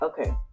okay